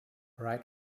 right